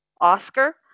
Oscar